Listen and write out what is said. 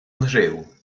nghriw